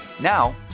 Now